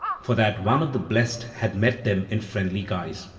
for that one of the blessed had met them in friendly guise.